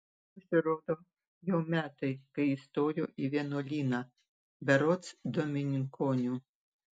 pasirodo jau metai kai įstojo į vienuolyną berods dominikonių